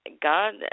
God